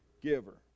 Giver